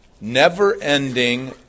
never-ending